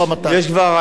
לשינוי חקיקה.